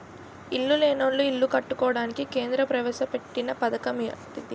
ఇల్లు లేనోళ్లు ఇల్లు కట్టుకోవడానికి కేంద్ర ప్రవేశపెట్టిన పధకమటిది